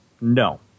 no